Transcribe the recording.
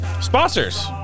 Sponsors